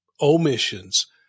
omissions